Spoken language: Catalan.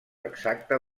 exacte